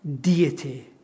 Deity